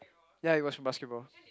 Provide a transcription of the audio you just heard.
ya it was basketball